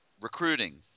Recruiting